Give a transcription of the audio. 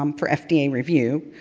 um for fda review,